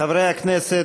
חברי הכנסת,